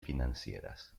financieras